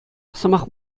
сӑмах